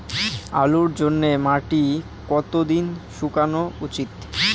আলুর জন্যে মাটি কতো দিন শুকনো উচিৎ?